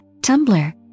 Tumblr